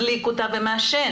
מדליק אותה ומעשן.